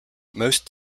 most